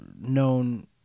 known